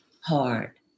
hard